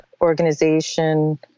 organization